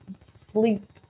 sleep